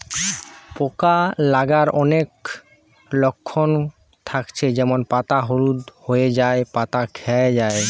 পোকা লাগার অনেক লক্ষণ থাকছে যেমন পাতা হলুদ হয়ে যায়া, পাতা খোয়ে যায়া